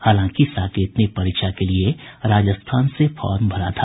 हालांकि साकेत ने परीक्षा के लिए राजस्थान से फार्म भरा था